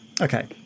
Okay